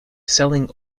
selling